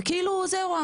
וכאילו זהו,